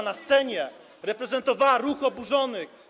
na scenie, reprezentowała Ruch Oburzonych.